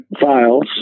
files